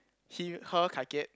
he her Kai-Kiat